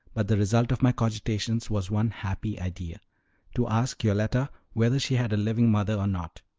but the result of my cogitations was one happy idea to ask yoletta whether she had a living mother or not?